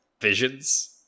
visions